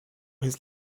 his